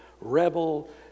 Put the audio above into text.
rebel